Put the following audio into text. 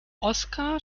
oskar